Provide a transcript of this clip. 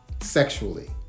sexually